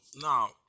now